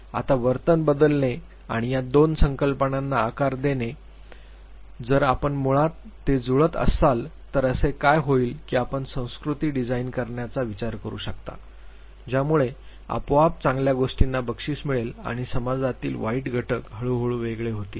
आता वर्तन बदलणे आणि या २ संकल्पनांना आकार देणे जर आपण मुळात ते जुळत असाल तर असे काय होईल की आपण संस्कृती डिझाइन करण्याचा विचार करू शकता ज्यामुळे आपोआप चांगल्या गोष्टींना बक्षीस मिळेल आणि समाजातील वाईट घटक हळूहळू वेगळे होतील